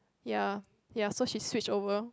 ya ya so she switched over